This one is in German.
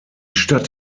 stadt